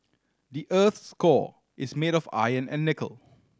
the earth's core is made of iron and nickel